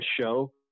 show